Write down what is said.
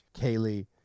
Kaylee